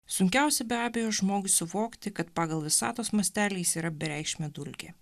sunkiausia be abejo žmogui suvokti kad pagal visatos mastelį jis yra bereikšmė dulkė